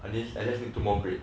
at least I just need two more grade